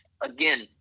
again